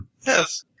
Yes